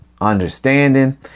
understanding